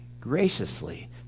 graciously